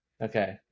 Okay